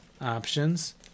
options